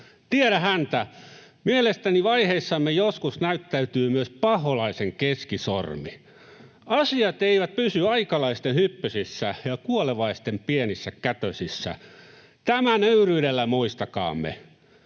Tiedä häntä. Mielestäni vaiheissamme joskus näyttäytyy myös paholaisen keskisormi. Asiat eivät pysy aikalaisten hyppysissä ja kuolevaisten pienissä kätösissä. Tämä nöyryydellä muistakaamme.